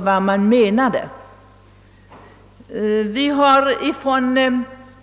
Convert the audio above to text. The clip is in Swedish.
vad meningen är.